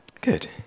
Good